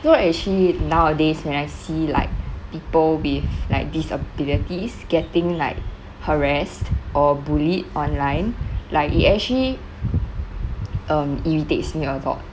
so actually nowadays when I see like people with like disabilities getting like harassed or bullied online like it actually um irritates me a lot